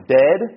dead